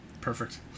Perfect